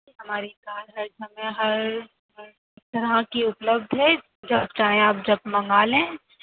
ہماری کار ہر سمعے ہر طرح کی اُپلبدھ ہے جب چاہیں آپ جب منگا لیں